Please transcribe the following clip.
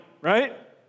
right